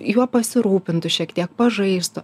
juo pasirūpintų šiek tiek pažaistų